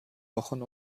wochen